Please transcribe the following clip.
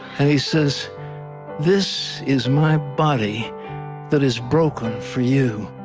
and he says this is my body that is rogen for you.